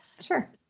sure